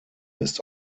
ist